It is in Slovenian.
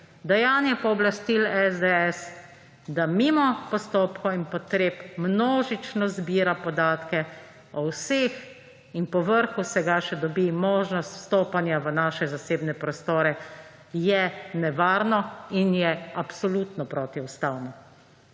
Dajanje pooblastil SDS, da mimo postopkov in potreb množično zbira podatke o vseh in povrhu vsega še dobi možnost vstopanja v naše zasebne prostore, je nevarno in je absolutno protiustavno.